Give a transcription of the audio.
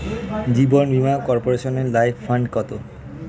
জীবন বীমা কর্পোরেশনের life fund কত?